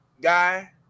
guy